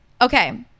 okay